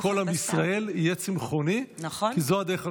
בעצם כל עם ישראל יהיה צמחוני, כי זו הדרך.